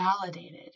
validated